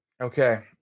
Okay